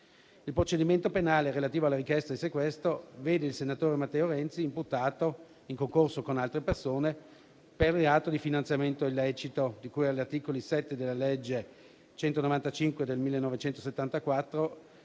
Il procedimento penale relativo alla richiesta di sequestro vede il senatore Matteo Renzi imputato, in concorso con altre persone, per il reato di finanziamento illecito di cui agli articoli 7 della legge n. 195 del 1974,